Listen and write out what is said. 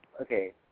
Okay